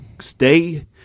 stay